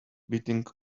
beating